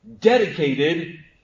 dedicated